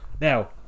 Now